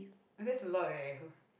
that's a lot eh